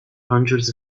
hundreds